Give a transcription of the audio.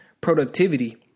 productivity